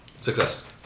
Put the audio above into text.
Success